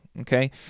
okay